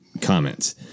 comments